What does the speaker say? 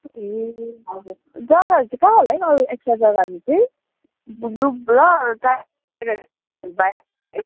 ए हजुर जग्गाहरू चाहिँ कहाँ होला है अरू एक्स्ट्रा जग्गाहरू चाहिँ